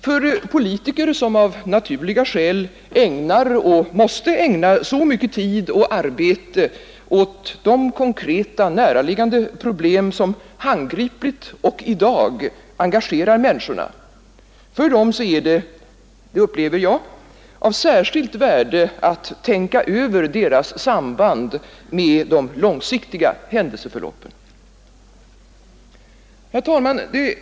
För politiker, som av naturliga skäl ägnar och måste ägna så mycket tid och arbete åt det konkreta närliggande problem som handgripligt och i dag engagerar människorna, är det — så upplever jag det — av särskilt värde att tänka över deras samband med de långsiktiga händelseförloppen. Herr talman!